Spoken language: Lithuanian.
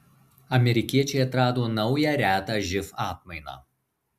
amerikiečiai atrado naują retą živ atmainą